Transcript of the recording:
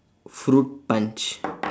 fruit punch